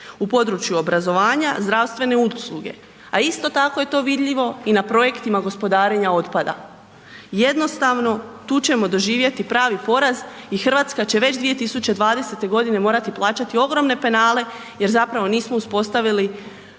u području obrazovanja, zdravstvene usluge, a isto tako je to vidljivo i na projektima gospodarenja otpada. Jednostavno, tu ćemo doživjeti pravi poraz i Hrvatska će već 2020. g. morati plaćati ogromne penale jer zapravo nismo uspostavili